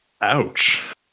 Ouch